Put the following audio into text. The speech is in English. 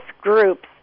groups